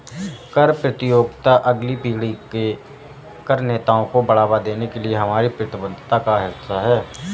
कर प्रतियोगिता अगली पीढ़ी के कर नेताओं को बढ़ावा देने के लिए हमारी प्रतिबद्धता का हिस्सा है